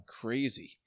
Crazy